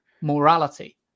morality